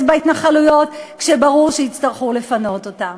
בהתנחלויות כשברור שיצטרכו לפנות אותן?